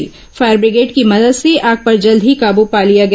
fire विंग्रेड की मदद से आग पर जल्द ही काबू पा लिया गया